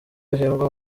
ahembwa